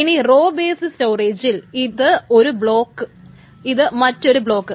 ഇനി row based സ്റ്റോറേജിൽ ഇത് ഒരു ബ്ളോക്ക് ഇത് മറ്റൊരു ബ്ളോക്ക്